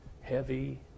heavy